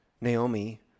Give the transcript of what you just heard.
Naomi